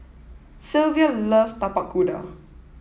Silvia loves Tapak Kuda